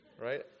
right